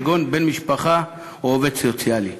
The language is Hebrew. כגון בן משפחה או עובד סוציאלי.